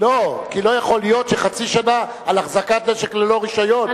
כי לא יכול להיות חצי שנה על החזקת נשק ללא רשיון,